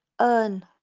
earn